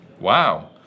Wow